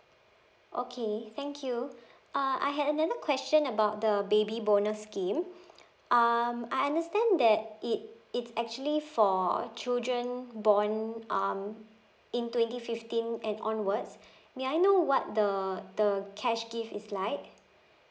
okay thank you uh I had another question about the baby bonus scheme um I understand that it it's actually for children born um in twenty fifteen and onwards may I know what the the cash gift is like